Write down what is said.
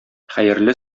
хәерле